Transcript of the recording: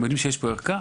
הם יודעים שיש פה ערכה,